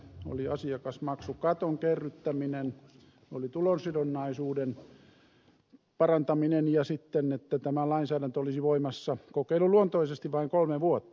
oli asiakasmaksukaton kerryttäminen oli tulosidonnaisuuden parantaminen ja sitten että tämä lainsäädäntö olisi voimassa kokeiluluontoisesti vain kolme vuotta